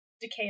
decay